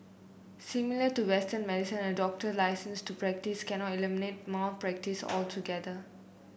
similar to Western medicine a doctor's licence to practise cannot eliminate malpractice altogether